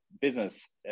business